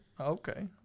Okay